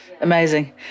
Amazing